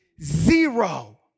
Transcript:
Zero